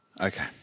Okay